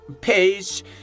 page